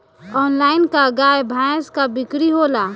Online का गाय भैंस क बिक्री होला?